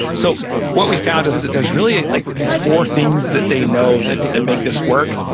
so what we found is that there's really like these four things that they know that that make this work.